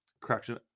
correction